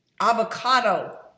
avocado